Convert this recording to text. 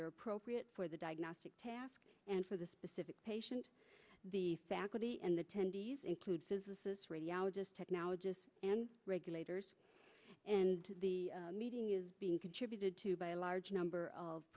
they're appropriate for the diagnostic task and for the specific patient the faculty and attendees includes businesses radiologist technologists and regulators and the meeting is being contributed to by a large number of